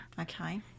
Okay